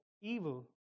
evil